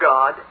God